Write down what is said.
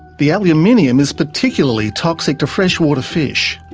the aluminium is particularly toxic to freshwater fish.